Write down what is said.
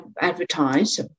advertise